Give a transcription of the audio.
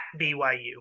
BYU